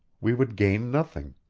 we would gain nothing.